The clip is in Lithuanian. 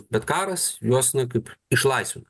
bet karas juos na kaip išlaisvino